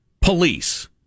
police